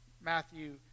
Matthew